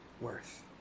worth